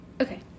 Okay